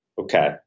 okay